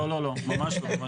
ממש לא.